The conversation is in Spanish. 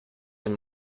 del